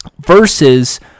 versus